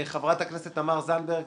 חברת הכנסת תמר זנדברג,